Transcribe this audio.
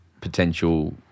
potential